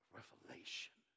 revelation